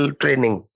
training